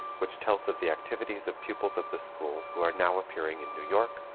which tells of the activities of pupils of the school who are now appearing in new york,